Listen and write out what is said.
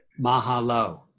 Mahalo